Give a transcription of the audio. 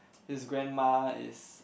his grandma is